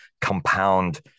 compound